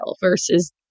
versus